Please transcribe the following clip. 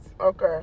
Okay